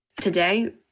today